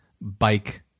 bike